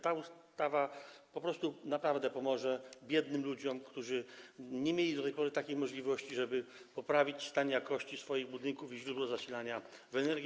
Ta ustawa po prostu naprawdę pomoże biednym ludziom, którzy nie mieli do tej pory takiej możliwości, żeby poprawić stan jakości swoich budynków i źródeł zasilania energii.